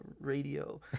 radio